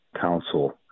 Council